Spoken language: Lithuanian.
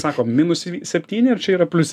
sako minus septyni ar čia yra plius